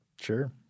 Sure